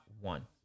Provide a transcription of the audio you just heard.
one